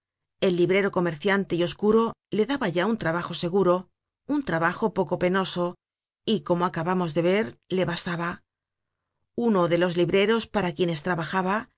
el librero comerciante y oscuro le daba ya un trabajo seguro un trabajo poco penoso y como acabamos de ver le bastaba content from google book search generated at uno de los libreros para quienes trabajaba